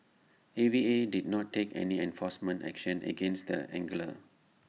A V A did not take any enforcement action against the angler